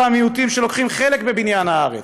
המיעוטים שלוקחים חלק בבניין הארץ,